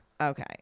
Okay